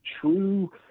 true